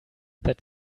that